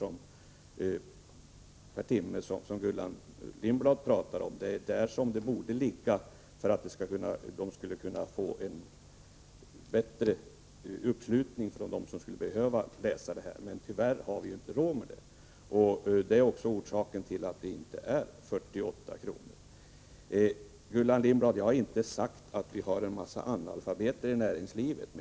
som Gullan Lindblad pratade om. Där borde stödet ligga, om man vill ha en bättre uppslutning från dem som skulle behöva studera. Men tyvärr har vi inte råd med det. Därför kan vi inte betala 48 kr. Jag har inte påstått, Gullan Lindblad, att det finns en massa analfabeter i näringslivet.